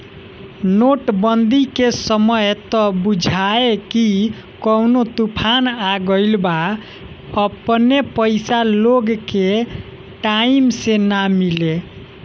note बंदी के समय त बुझाए की कवनो तूफान आ गईल बा अपने पईसा लोग के टाइम से ना मिले